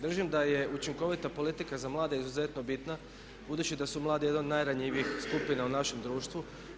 Držim da je učinkovita politika za mlade izuzetno bitna budući da su mladi jedna od najranjivijih skupina u našem društvu.